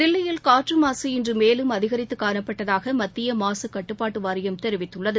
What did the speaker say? தில்லியில் காற்று மாசு இன்று மேலும் அதிகரித்து காணப்பட்டதாக மத்திய மாசு கட்டுப்பாட்டு வாரியம் தெரிவித்துள்ளது